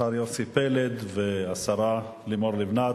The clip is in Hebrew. השר יוסי פלד והשרה לימור לבנת,